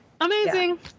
amazing